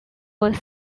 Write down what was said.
was